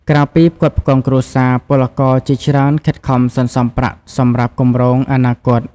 ក្រៅពីផ្គត់ផ្គង់គ្រួសារ ពលករជាច្រើនខិតខំសន្សំប្រាក់សម្រាប់គម្រោងអនាគត។